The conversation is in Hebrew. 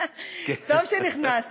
טוב שנכנסת.